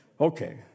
Okay